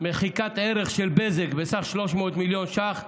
מחיקת ערך של בזק בסך 300 מיליון ש"ח,